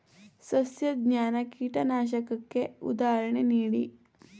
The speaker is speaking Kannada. ಸಸ್ಯಜನ್ಯ ಕೀಟನಾಶಕಕ್ಕೆ ಉದಾಹರಣೆ ನೀಡಿ?